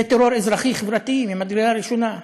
זה טרור אזרחי חברתי ממדרגה ראשונה.